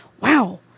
wow